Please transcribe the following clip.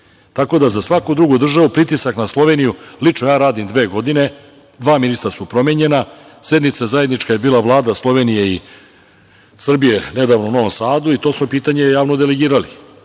bilo. Tako da, za svaku drugu državu pritisak na Sloveniju, lično ja radim dve godine, dva ministra su promenjena, sednica zajednička je bila Vlade Slovenije i Srbije, nedavno u Novom Sadu i to smo pitanje javno deligirali,